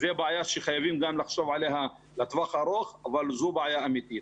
זו בעיה שחייבים לחשוב גם עליה לטווח הארוך וזו בעיה אמיתית.